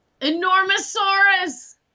Enormosaurus